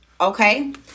okay